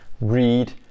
Read